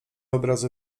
obrazy